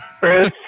Bruce